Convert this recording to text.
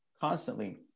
constantly